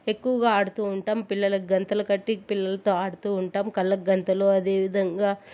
ఎక్కువగా ఆడుతూ ఉంటాం పిల్లలకి గంతలు కట్టి పిలల్లతో ఆడుతూ ఉంటాం కళ్ళకు గంతలు అదే విధంగా